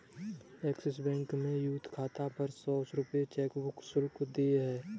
axis bank में youth खाता पर सौ रूपये चेकबुक शुल्क देय है